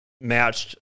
matched